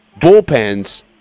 bullpens –